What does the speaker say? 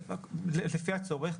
לפי הצורך,